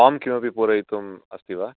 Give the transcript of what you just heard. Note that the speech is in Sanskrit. फार्म् किमपि पूरयितुम् अस्ति वा